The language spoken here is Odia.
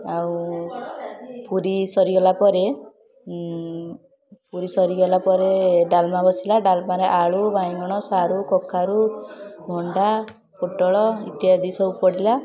ଆଉ ପୁରି ସରିଗଲା ପରେ ପୁରି ସରିଗଲା ପରେ ଡ଼ାଲମା ବସିଲା ଡ଼ାଲମାରେ ଆଳୁ ବାଇଗଣ ସାରୁ କଖାରୁ ଭଣ୍ଡା ପୋଟଳ ଇତ୍ୟାଦି ସବୁ ପଡ଼ିଲା